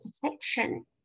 protection